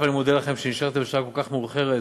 אני מודה לכם על שנשארתם בשעה כל כך מאוחרת